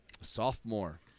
Sophomore